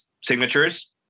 signatures